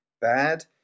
Bad